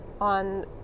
on